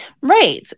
Right